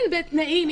כן, בתנאים.